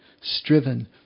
striven